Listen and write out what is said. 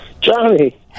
Johnny